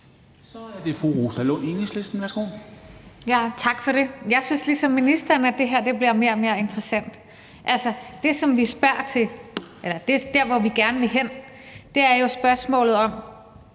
Så er det fru Rosa Lund, Enhedslisten. Værsgo. Kl. 10:47 Rosa Lund (EL): Tak for det. Jeg synes ligesom ministeren, at det her bliver mere og mere interessant. Altså der, hvor vi gerne vil hen, er spørgsmålet om